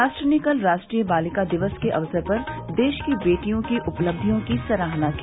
राष्ट्र ने कल राष्ट्रीय बालिका दिवस के अवसर पर देश की बेटियों की उपलब्धियों की सराहना की